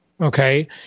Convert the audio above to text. Okay